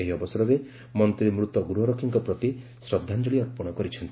ଏହି ଅବସରରେ ମନ୍ତ୍ରୀ ମୃତ ଗୃହରକ୍ଷୀଙ୍କ ପ୍ରତି ଶ୍ରଦ୍ଧାଞ୍ଜଳି ଅର୍ପଣ କରିଛନ୍ତି